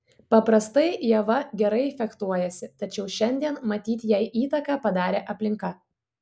paprastai ieva gerai fechtuojasi tačiau šiandien matyt jai įtaką padarė aplinka